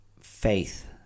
faith